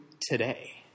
today